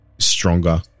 stronger